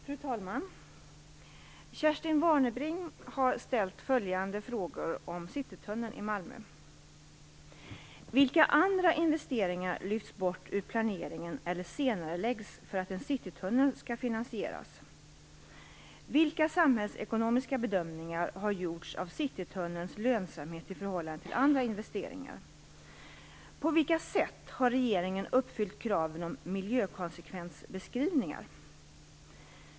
Fru talman! Kerstin Warnerbring har ställt följande frågor om Citytunneln i Malmö. Vilka andra investeringar lyfts bort ur planeringen eller senareläggs för att en citytunnel skall finansieras? Vilka samhällsekonomiska bedömningar har gjorts av Citytunnelns lönsamhet i förhållande till andra investeringar? På vilka sätt har regeringen uppfyllt kraven om miljökonsekvensbeskrivningar?